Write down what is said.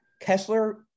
Kessler